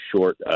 short